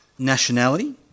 nationality